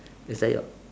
is that your